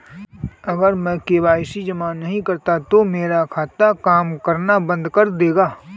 अगर मैं के.वाई.सी जमा नहीं करता तो क्या मेरा खाता काम करना बंद कर देगा?